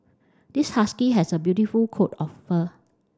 this husky has a beautiful coat of fur